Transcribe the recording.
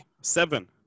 Seven